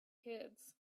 kids